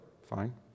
Fine